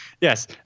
Yes